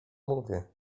mówię